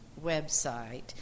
website